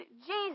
Jesus